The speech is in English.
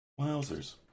Wowzers